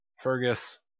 Fergus